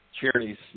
charities